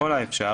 ככל האפשר,